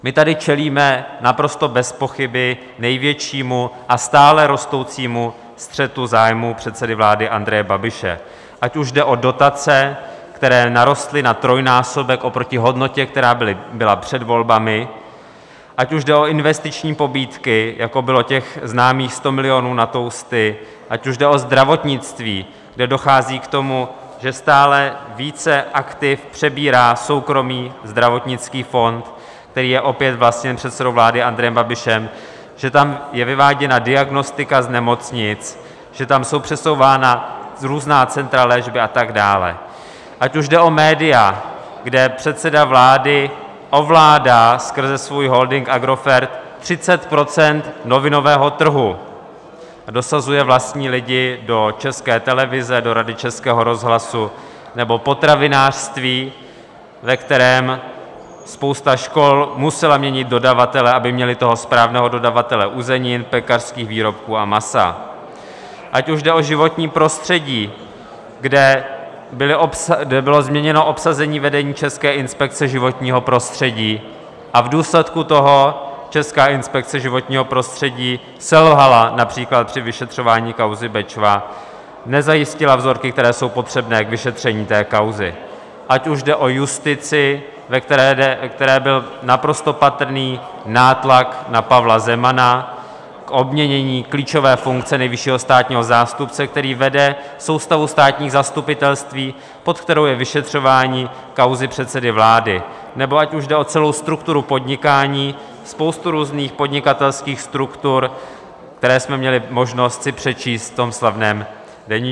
My tady čelíme naprosto bezpochyby největšímu a stále rostoucímu střetu zájmů předsedy vlády Andreje Babiše, ať už jde o dotace, které narostly na trojnásobek oproti hodnotě, která byla před volbami, ať už jde o investiční pobídky, jako bylo těch známých sto milionů na toasty, ať už jde o zdravotnictví, kde dochází k tomu, že stále více aktiv přebírá soukromý zdravotnický fond, který je opět vlastněn předsedou vlády Andrejem Babišem, že tam je vyváděna diagnostika z nemocnic, že tam jsou přesouvána různá centra léčby a tak dále, ať už jde o média, kde předseda vlády ovládá skrze svůj holding Agrofert 30 % novinového trhu a dosazuje vlastní lidi do České televize, do Rady Českého rozhlasu, nebo potravinářství, ve kterém spousta škol musela měnit dodavatele, aby měly toho správného dodavatele uzenin, pekařských výrobků a masa, ať už jde o životní prostředí, kde bylo změněno obsazení vedení České inspekce životního prostředí a v důsledku toho Česká inspekce životního prostředí selhala například při vyšetřování kauzy Bečva, nezajistila vzorky, které jsou potřebné k vyšetření té kauzy , ať už jde o justici, ve které byl naprosto patrný nátlak na Pavla Zemana, k obměnění klíčové funkce nejvyššího státního zástupce, který vede soustavu státních zastupitelství, pod kterou je vyšetřování kauzy předsedy vlády, nebo ať už jde o celou strukturu podnikání, spoustu různých podnikatelských struktur, které jsme měli možnost si přečíst v tom slavném deníčku.